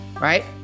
right